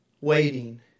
waiting